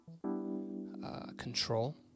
control